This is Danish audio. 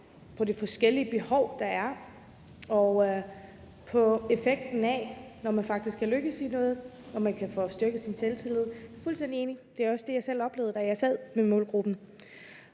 på de forskellige behov, der er, og på effekten af det, når man faktisk er lykkedes i noget og man kan få styrket sin selvtillid. Jeg er fuldstændig enig. Det er også det, jeg selv oplevede, da jeg sad med målgruppen.